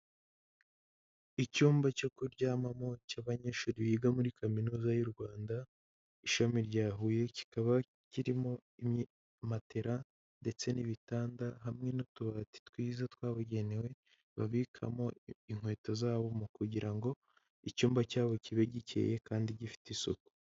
Icyumba cyo kuryamamo cy'abanyeshuri biga muri kaminuza y'u Rwanda, ishami rya Huye. Kikaba kirimo matela ndetse n'ibitanda, hamwe n'utubati twiza twabugenewe, babikamo inkweto zabo. Mu kugira ngo, icyumba cyabo kibe gikeye, kandi gifite isuku.